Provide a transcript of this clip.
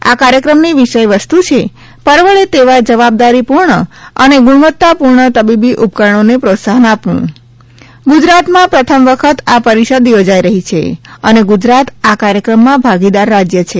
આ કાર્યક્રમની વિષયવસ્તુ છે પરવડે તેવા જવાબદારીપૂર્ણ અને ગુણવત્તાપૂર્ણ તબીબી ઉપકરણોને પ્રોત્સાહન આપવું ગુજરાતમાં પ્રથમ વખત આ પરિષદ યોજાઇ રહી છે અને ગુજરાત આ કાર્યક્રમમાં ભાગીદાર રાજ્ય છે